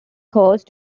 coast